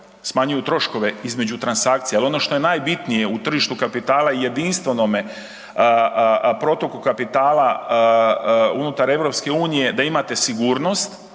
smanjuju troškove između transakcija, jer ono što je najbitnije u tržištu kapitala .../Govornik se ne razumije./... protoku kapitala unutar EU, da imate sigurnost,